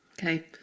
okay